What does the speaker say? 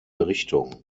richtung